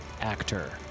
Actor